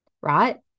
right